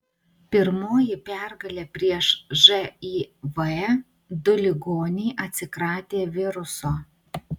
pirmoji pergalė prieš živ du ligoniai atsikratė viruso